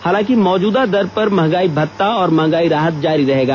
हालांकि मौजूदा दर पर मंहगाई भत्ता और मंहगाई राहत जारी रहेगा